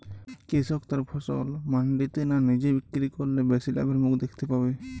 কৃষক তার ফসল মান্ডিতে না নিজে বিক্রি করলে বেশি লাভের মুখ দেখতে পাবে?